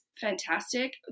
fantastic